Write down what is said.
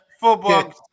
Football